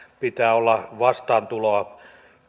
pitää olla vastaantuloa